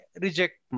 reject